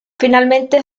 finalmente